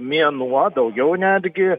mėnuo daugiau netgi